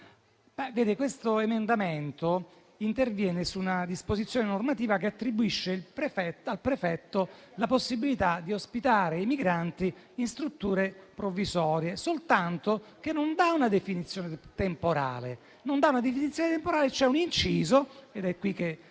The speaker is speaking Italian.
l'emendamento 5.0.100/50 interviene su una disposizione normativa che attribuisce al prefetto la possibilità di ospitare i migranti in strutture provvisorie. Tuttavia, non dà una definizione temporale. C'è un inciso - ed è qui che